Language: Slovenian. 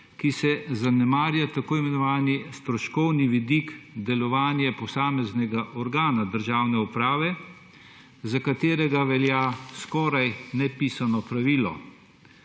ko se zanemarja tako imenovani stroškovni vidik delovanja posameznega organa državne uprave, za katerega velja skoraj nepisano pravilo: